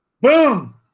boom